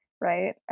right